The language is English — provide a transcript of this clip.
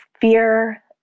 fear